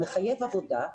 מחייב עבודה,